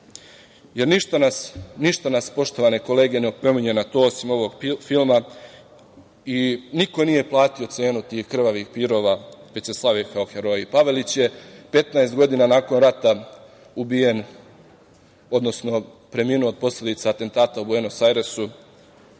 jer ništa nas, poštovane kolege, ne opominje na to osim ovog filma i niko nije platio cenu tih krvavih pirova, već se slave kao heroji. Pavelić je 15 godina nakon rata ubijen, odnosno preminuo od posledica atentata u Buenos Ajresu.